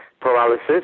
paralysis